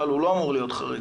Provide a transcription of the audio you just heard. הוא לא אמור להיות חריג.